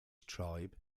tribe